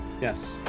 Yes